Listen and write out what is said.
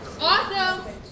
Awesome